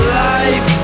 life